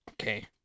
Okay